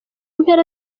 mpera